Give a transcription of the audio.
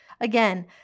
Again